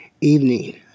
evening